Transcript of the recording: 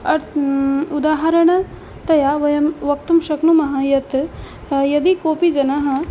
अर् उदाहरणतया वयं वक्तुं शक्नुमः यत् यदि कोपि जनः